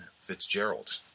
Fitzgerald